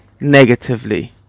negatively